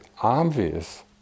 obvious